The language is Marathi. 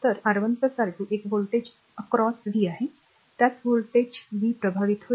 तर R1 R2 एक व्होल्टेज ओलांडून r v आहे त्याच व्होल्टेज v प्रभावित होईल